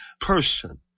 person